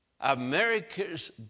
America's